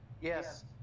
Yes